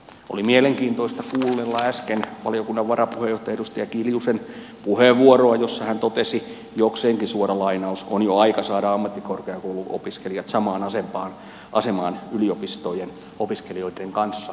oli mielenkiintoista kuunnella äsken valiokunnan varapuheenjohtaja edustaja kiljusen puheenvuoroa jossa hän totesi jokseenkin suora lainaus on jo aika saada ammattikorkeakouluopiskelijat samaan asemaan yliopistojen opiskelijoiden kanssa mikä liittyy tähän terveydenhuoltoon